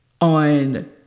on